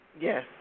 Yes